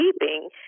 keeping